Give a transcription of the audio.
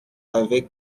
avait